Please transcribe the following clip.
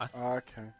Okay